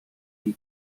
die